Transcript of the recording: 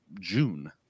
June